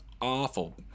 awful